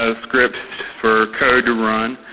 ah script for code to run.